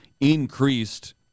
increased